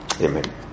Amen